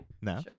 No